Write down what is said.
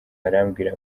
arambwira